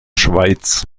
schweiz